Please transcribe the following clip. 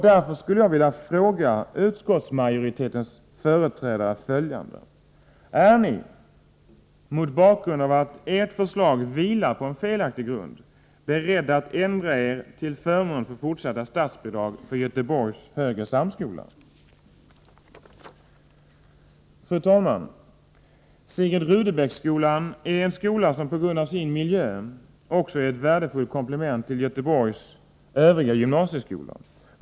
Därför skulle jag vilja fråga utskottsmajoritetens företrä dare: Är ni, mot bakgrund av att ert förslag vilar på en felaktig grund, beredda att ändra er till förmån för fortsatta statsbidrag till Göteborgs högre samskola? Fru talman! Sigrid Rudebecks gymnasium är en skola som på grund av sin miljö är ett värdefullt komplement till Göteborgs övriga gymnasieskolor.